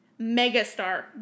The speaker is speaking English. megastar